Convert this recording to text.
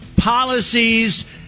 policies